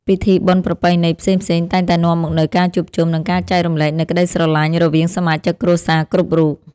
ពិធីបុណ្យប្រពៃណីផ្សេងៗតែងតែនាំមកនូវការជួបជុំ និងការចែករំលែកនូវក្ដីស្រឡាញ់រវាងសមាជិកគ្រួសារគ្រប់រូប។